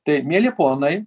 tai mieli ponai